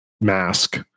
mask